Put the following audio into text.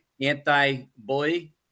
anti-bully